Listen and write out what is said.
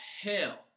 hell